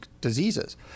diseases